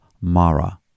Mara